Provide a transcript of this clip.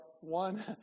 one